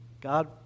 God